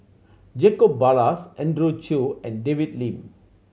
Jacob Ballas Andrew Chew and David Lim